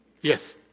Yes